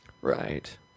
Right